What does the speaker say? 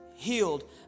Healed